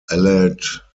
allied